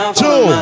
two